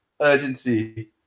urgency